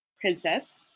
princess